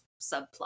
subplot